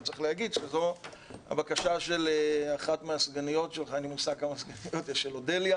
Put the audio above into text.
אי צריך לומר שזו הבקשה של אחת מהסגניות של אודליה